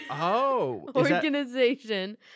organization